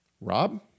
Rob